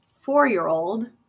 four-year-old